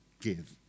give